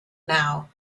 now